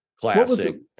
classic